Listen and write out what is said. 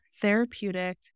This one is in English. therapeutic